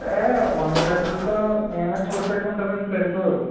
అంటే వంద లీటర్లతో మేమే తోడు పెట్టుకుంటాం అండి పెరుగు